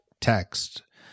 text